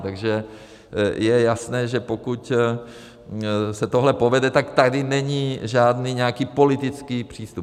Takže je jasné, že pokud se tohle povede, tak tady není žádný nějaký politický přístup.